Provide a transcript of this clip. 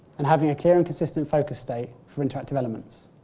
and having a clear and consistent focus state for interactive elements.